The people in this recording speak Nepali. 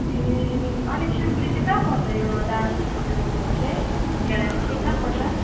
ए अनि सिलगढी चाहिँ कहाँ पर्छ यो डान्सको त्यो चाहिँ एकाडेमी चाहिँ कहाँ पर्छ